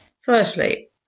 firstly